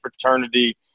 fraternity